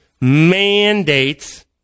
mandates